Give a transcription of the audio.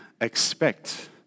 expect